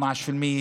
עכשיו 12%,